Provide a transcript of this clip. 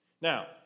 now